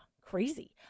crazy